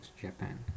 Japan